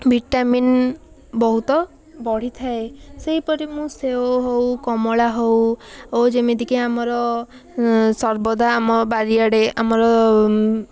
vitamin ବହୁତ ବଢ଼ିଥାଏ ସେହିପରି ମୁ ସେଓ ହେଉ କମଳା ହେଉ ଓ ଯେମିତିକି ଆମର ସର୍ବଦା ଆମ ବାରିଆଡ଼େ ଆମର